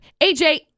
AJ